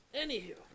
Anywho